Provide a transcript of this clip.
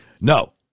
No